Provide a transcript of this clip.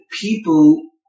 people